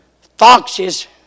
Foxes